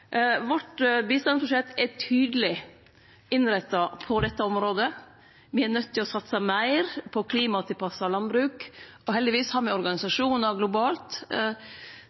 Vårt bistandsbudsjett er tydeleg innretta på dette området. Me er nøydde til å satse meir på eit klimatilpassa landbruk. Heldigvis har me organisasjonar globalt